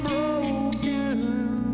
broken